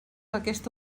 aquesta